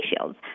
shields